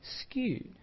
skewed